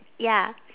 ya